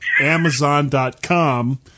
Amazon.com